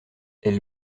elle